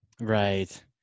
Right